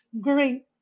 great